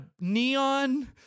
neon